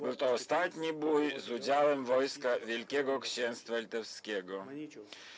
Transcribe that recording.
Był to ostatni bój z udziałem wojska Wielkiego Księstwa Litewskiego.